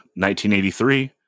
1983